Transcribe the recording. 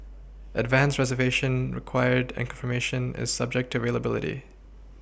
advance reservation required and confirmation is subject to availability